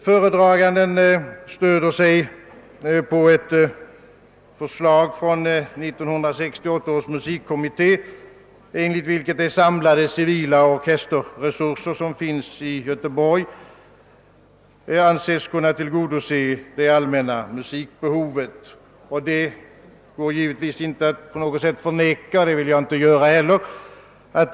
Föredragande departementschefen stöder sig på ett förslag från 1968 års musikkommitté, enligt vilket de samlade civila orkesterresurser som finns i Göteborg anses kunna tillgodose det allmänna musikbehovet. Det går naturligtvis inte att förneka detta, och det vill jag heller inte göra.